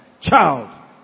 Child